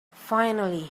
finally